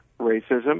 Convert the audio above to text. racism